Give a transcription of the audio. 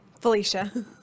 Felicia